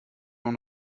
und